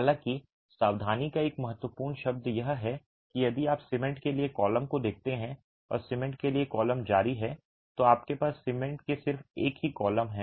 हालाँकि सावधानी का एक महत्वपूर्ण शब्द यह है कि यदि आप सीमेंट के लिए कॉलम को देखते हैं और सीमेंट के लिए कॉलम जारी है तो आपके पास सीमेंट के सिर्फ़ एक ही कॉलम है